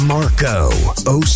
Marco